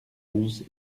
onze